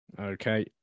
Okay